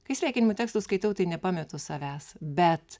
kai sveikinimų tekstus skaitau tai nepametu savęs bet